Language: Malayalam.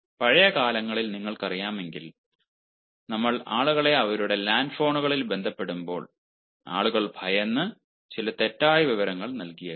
പഴയ കാലങ്ങളിൽ നിങ്ങൾക്കറിയാമെങ്കിൽ ഞങ്ങൾ ആളുകളെ അവരുടെ ലാൻഡ്ലൈനുകളിൽ ബന്ധപ്പെടുമ്പോൾ ആളുകൾ ഭയന്ന് ചില തെറ്റായ വിവരങ്ങൾ നൽകിയേക്കാം